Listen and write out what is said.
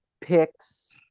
picks